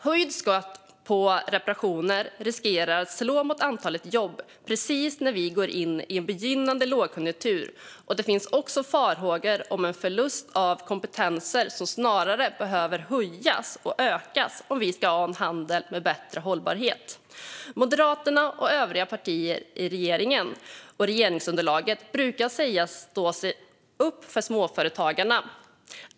Höjd skatt på reparationer riskerar att slå mot antalet jobb precis när vi går in i en lågkonjunktur, och det finns också farhågor om en förlust av kompetenser som snarare behöver öka om vi ska få en handel med bättre hållbarhet. Moderaterna och övriga partier i regeringen och regeringsunderlaget brukar säga sig stå upp för småföretagarna.